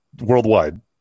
worldwide